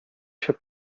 się